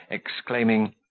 exclaiming,